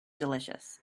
delicious